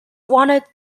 wanted